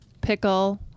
pickle